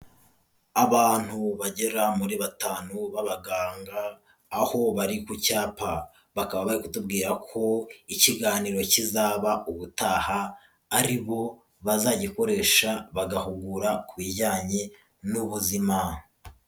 Abantu bagera muri batanu b'abaganga aho bari ku cyapa, bakaba bari kutubwira ko ikiganiro kizaba ubutaha ari bo bazagikoresha bagahugura ku bijyanye n'ubuzima.